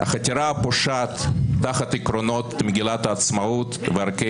יש כאן חתירה פושעת תחת עקרונות מגילת העצמאות וערכי